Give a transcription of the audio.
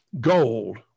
gold